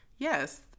Yes